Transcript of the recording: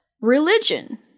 religion